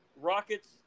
Rockets